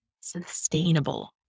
sustainable